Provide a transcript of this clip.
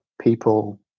people